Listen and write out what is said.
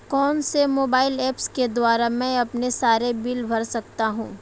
कौनसे mobile apps के द्वारा मैं अपने सारे बिल भर सकता हूं?